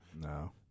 No